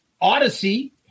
Odyssey